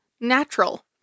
natural